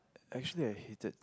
actually I hated